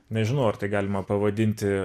nežinau ar tai galima pavadinti